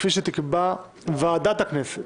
הכנסת, כפי שתקבע ועדת הכנסת.